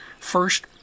First